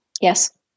Yes